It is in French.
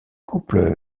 couple